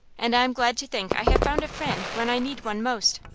and i am glad to think i have found a friend when i need one most.